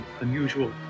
unusual